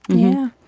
yeah,